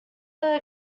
his